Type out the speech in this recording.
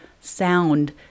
sound